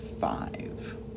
five